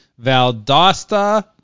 Valdosta